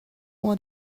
want